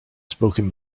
spoken